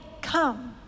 come